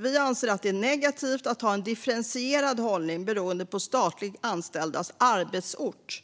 Vi anser att det är negativt att ha en differentierad hållning beroende på statligt anställdas arbetsort.